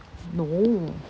no